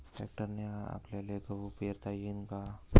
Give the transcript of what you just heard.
ट्रॅक्टरने आपल्याले गहू पेरता येईन का?